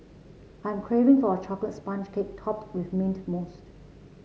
I am craving for a chocolate sponge cake topped with mint mousse